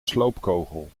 sloopkogel